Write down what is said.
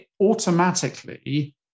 automatically